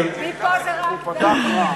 מפה זה רק, הוא פתח רע.